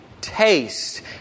taste